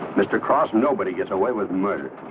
mr krause nobody gets away with murder.